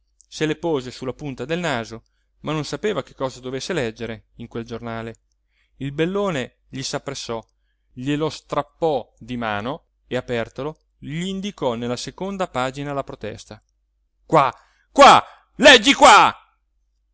se le pose sulla punta del naso ma non sapeva che cosa dovesse leggere in quel giornale il bellone gli s'appressò glielo strappò di mano e apertolo gl'indicò nella seconda pagina la protesta qua qua leggi qua